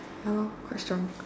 ya lor quite strong